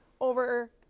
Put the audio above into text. over